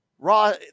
Raw